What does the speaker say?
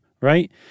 right